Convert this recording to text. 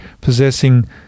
possessing